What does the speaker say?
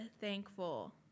thankful